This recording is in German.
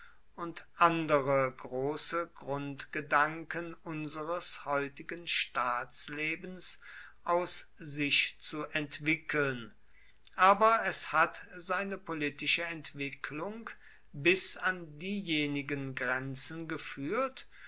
und andere große grundgedanken unseres heutigen staatslebens aus sich zu entwickeln aber es hat seine politische entwicklung bis an diejenigen grenzen geführt